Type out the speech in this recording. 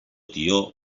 tió